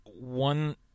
one